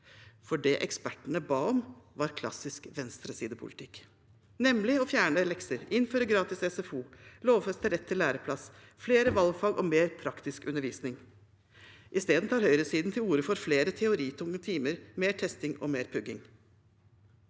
opp. Det ekspertene ba om, var klassisk venstresidepolitikk, nemlig å fjerne lekser, innføre gratis SFO, lovfeste rett til læreplass, flere valgfag og mer praktisk undervisning. Isteden tar høyresiden til orde for flere teoritunge timer, mer testing og mer pugging.